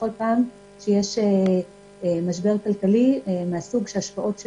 בכל פעם שיש משבר כלכלי מהסוג שהשפעותיו